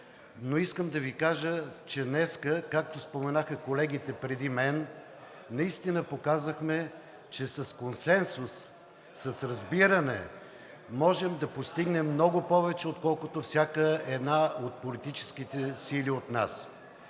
но искам да Ви кажа, че днес, както споменаха колегите преди мен, наистина показахме, че с консенсус, с разбиране можем да постигнем много повече, отколкото всяка една от политическите сили от нас.